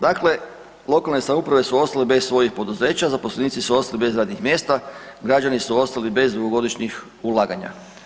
Dakle, lokalne samouprave su ostale bez svojih poduzeća, zaposlenici su ostali bez radnih mjesta, građani su ostali bez dugogodišnjih ulaganja.